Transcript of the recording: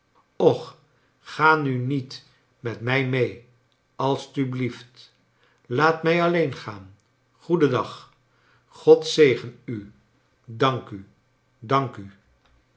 och ga nu niet met mij mee alstublieft laat mij alleen gaan goeden dag god zegen u dank u dank u